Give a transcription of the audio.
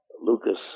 Lucas